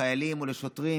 לחיילים ולשוטרים,